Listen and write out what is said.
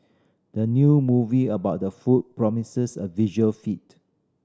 the new movie about the food promises a visual feat